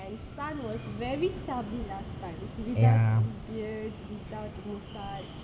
and sun was very chubby last time with without the beard without moustache